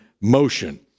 motion